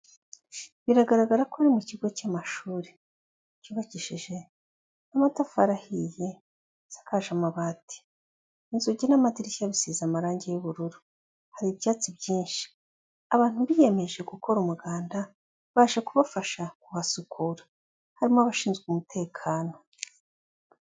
Biragaragara ko ari mu kigo cy'amashuri, cyubakishije amatafari ahiye, gisakaje amabati, inzugi n'amadirishya bisize amarangi y'ubururu, hari ibyatsi byinshi, abantu biyemeje gukora umuganda, baje kubafasha kuhasukura, harimo abashinzwe umutekano.